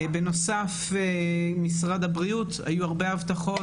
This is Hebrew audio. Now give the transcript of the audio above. בנוסף, משרד הבריאות - היו הרבה הבטחות.